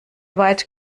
weit